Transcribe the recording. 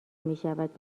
میشود